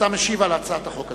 אתה משיב על הצעת החוק הזאת,